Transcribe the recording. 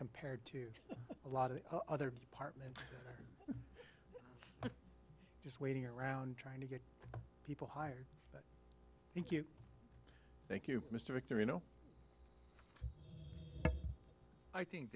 compared to a lot of other departments just waiting around trying to get people hired thank you thank you mr victory and i think